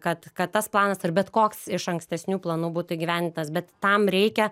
kad kad tas planas ar bet koks iš ankstesnių planų būtų įgyvendintas bet tam reikia